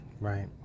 Right